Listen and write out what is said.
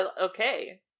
Okay